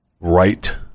right